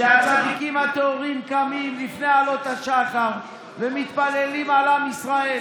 שהצדיקים הטהורים קמים לפני עלות השחר ומתפללים על עם ישראל,